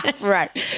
Right